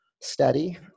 steady